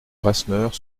rasseneur